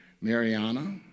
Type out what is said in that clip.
Mariana